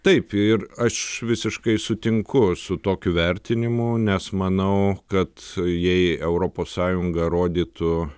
taip ir aš visiškai sutinku su tokiu vertinimu nes manau kad jei europos sąjunga rodytų